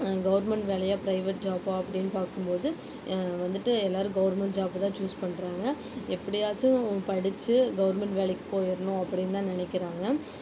government வேலையா private ஜாபா அப்டின்னு பார்க்கும்போது வந்துவிட்டு எல்லோரும் கவுர்மெண்ட் ஜாபு தான் சூஸ் பண்ணுறாங்க எப்டியாச்சும் படித்து கவர்மெண்ட் வேலைக்கு போயிடணும் அப்டின்னுதான் நினைக்கிறாங்க